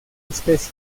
especie